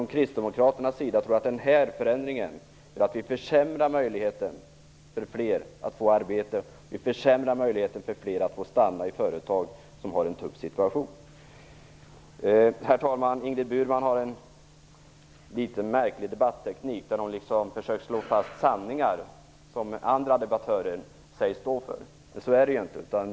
Vi kristdemokrater tror att den här förändringen gör att vi försämrar möjligheterna för fler att få arbete eller få stanna i företag som har en tuff situation. Herr talman! Ingrid Burmans debatteknik är litet märklig. Hon försöker slå fast sanningar som andra debattörer sägs stå för. Så är det inte.